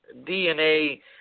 DNA